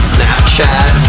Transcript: Snapchat